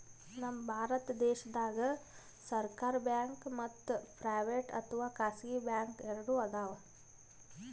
ನಮ್ ಭಾರತ ದೇಶದಾಗ್ ಸರ್ಕಾರ್ ಬ್ಯಾಂಕ್ ಮತ್ತ್ ಪ್ರೈವೇಟ್ ಅಥವಾ ಖಾಸಗಿ ಬ್ಯಾಂಕ್ ಎರಡು ಅದಾವ್